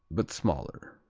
but smaller.